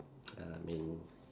I mean